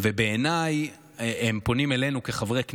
ובעיניי הם פונים אלינו כחברי כנסת,